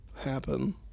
happen